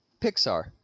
Pixar